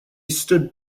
stood